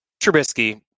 Trubisky